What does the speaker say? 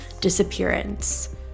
disappearance